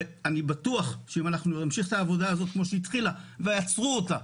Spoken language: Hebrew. ואני בטוח שאם אנחנו נמשיך את העבודה הזאת כמו שהיא התחילה ועצרו אותה,